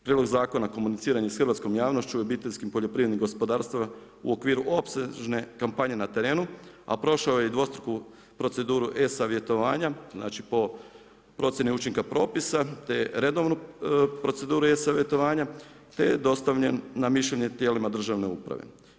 Prijedlog zakona, komuniciranje s hrvatskom javnošću i obiteljskim poljoprivrednim gospodarstvima u okviru opsežne kampanje na terenu a prošao je i dvostruku proceduru e-savjetovanja, znači po procjeni učinka propisa, te redovnu proceduru e-savjetovanja, te je dostavljen na mišljenje tijelima državne uprave.